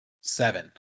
Seven